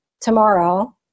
tomorrow